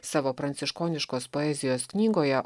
savo pranciškoniškos poezijos knygoje